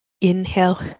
Inhale